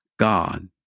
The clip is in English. God